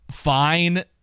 fine